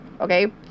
Okay